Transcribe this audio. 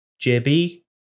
JB